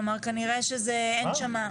כלומר, כנראה שזה אין שם.